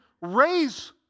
raise